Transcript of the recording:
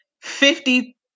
fifty